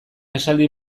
esaldi